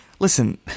Listen